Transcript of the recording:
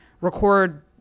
record